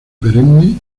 perenne